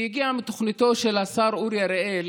היא הגיעה מתוכניתו של השר אורי אריאל